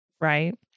right